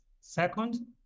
second